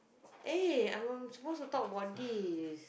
eh I'm supposed to talk about this